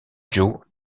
joe